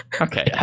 Okay